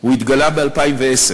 הוא התגלה ב-2010.